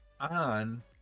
on